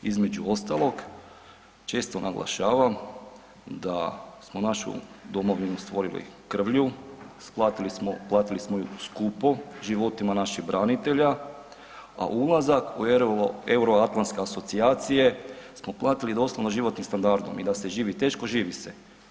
Između ostalog, često naglašavam da smo našu domovinu stvorili krvlju, platili smo ju skupo životima naših branitelja a ulazak u euroatlantske asocijacije smo platili doslovno životnim standardom i da se živi teško, živi se.